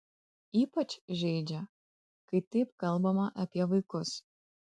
ypač žeidžia kai taip kalbama apie vaikus